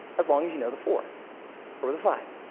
as long as you know the four or the five.